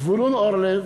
זבולון אורלב,